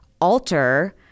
alter